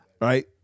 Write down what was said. right